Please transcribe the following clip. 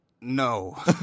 no